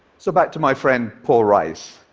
so back to my friend paul rice.